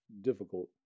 difficult